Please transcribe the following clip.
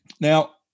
Now